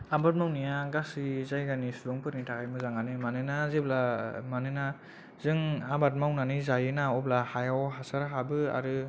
आबाद मावनाया गासै जायगानि सुबुंफोरनि थाखाय मोजां आनो मानोना जेब्ला मानोना जों आबाद मावनानै जायोना अब्ला हायाव हासार हाबो आरो